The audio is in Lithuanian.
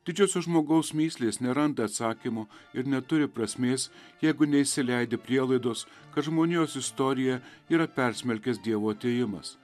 didžiosios žmogaus mįslės neranda atsakymo ir neturi prasmės jeigu neįsileidi prielaidos kad žmonijos istoriją yra persmelkęs dievo atėjimas